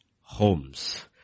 homes